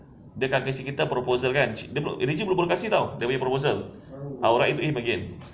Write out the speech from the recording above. dia kasih kita proposal kan dia rin joo belum kasih [tau] dia punya proposal I will write to him again